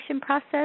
process